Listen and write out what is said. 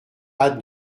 hâte